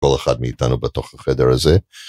כל אחד מאיתנו בתוך החדר הזה.